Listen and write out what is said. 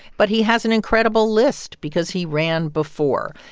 but he has an incredible list because he ran before.